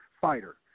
fighter